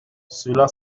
cela